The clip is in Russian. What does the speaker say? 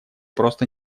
просто